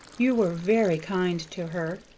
you were very kind to her.